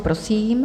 Prosím.